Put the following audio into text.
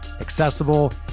accessible